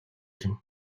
ирнэ